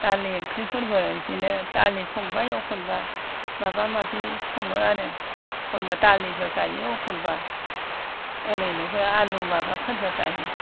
दालि ओंख्रिफोरबो बेदिनो दालि संबाय एखनब्ला माबा माबि सङो आरो एखनब्ला दालिजों जायो एखनब्ला ओरैनोबो आलु माबा माबाफोरजो जायो